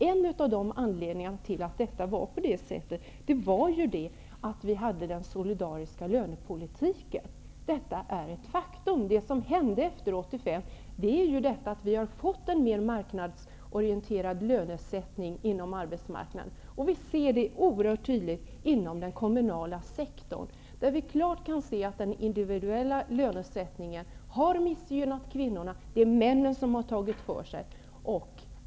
En av anledningarna var att vi tillämpade den solidariska lönepolitiken. Detta är ett faktum. Vad som har hänt efter 1985 är att vi har fått en mer marknadsorienterad lönesättning inom arbetsmarknaden. Det är oerhört tydligt inom den kommunala sektorn, där vi klart kan se att den individuella lönesättningen har missgynnat kvinnorna. Det är männen som har tagit för sig.